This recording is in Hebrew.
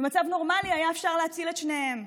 במצב נורמלי היה אפשר להציל את שניהם.